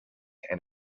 and